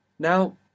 Now